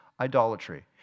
idolatry